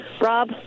Rob